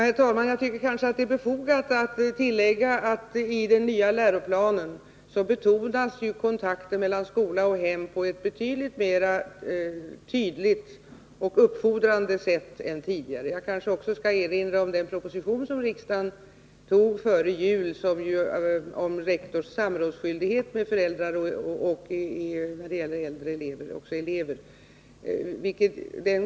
Herr talman! Det är kanske befogat att tillägga att i den nya läroplanen betonas kontakten mellan skola och hem på ett betydligt mera klart och uppfordrande sätt än tidigare. Jag kanske också skall erinra om den proposition som riksdagen tog före jul om rektors skyldighet att samråda med föräldrar till både äldre och yngre elever.